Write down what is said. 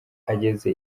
ageze